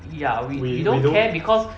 ya we we don't care because